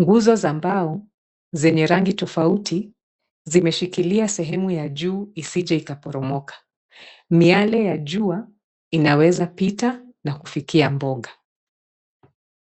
nguzo za mbao zenye rangi tofauti zimeshilikilia sehemu ya juu isije ikaporomoka miale ya jua inaweza pita na kufikia mboga.